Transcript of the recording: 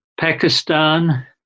Pakistan